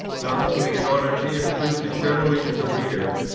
not only in order to introduce it generally to the reader,